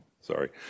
sorry